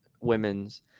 women's